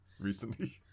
recently